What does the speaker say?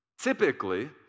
Typically